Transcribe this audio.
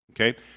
okay